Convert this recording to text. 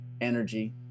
energy